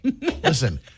Listen